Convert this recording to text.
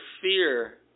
fear